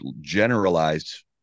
generalized